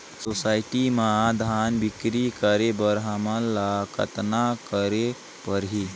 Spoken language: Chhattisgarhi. सोसायटी म धान बिक्री करे बर हमला कतना करे परही?